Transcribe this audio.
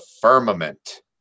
firmament